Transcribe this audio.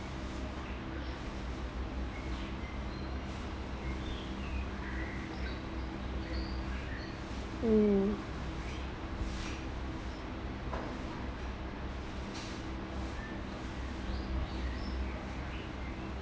mm